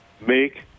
make